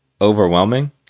overwhelming